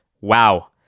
Wow